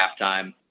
halftime